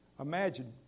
Imagine